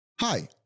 Hi